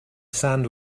sand